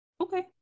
okay